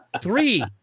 Three